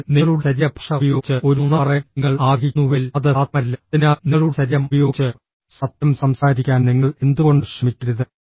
അതിനാൽ നിങ്ങളുടെ ശരീരഭാഷ ഉപയോഗിച്ച് ഒരു നുണ പറയാൻ നിങ്ങൾ ആഗ്രഹിക്കുന്നുവെങ്കിൽ അത് സാധ്യമല്ല അതിനാൽ നിങ്ങളുടെ ശരീരം ഉപയോഗിച്ച് സത്യം സംസാരിക്കാൻ നിങ്ങൾ എന്തുകൊണ്ട് ശ്രമിക്കരുത്